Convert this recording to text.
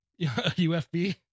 UFB